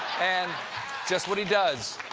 and just what he does.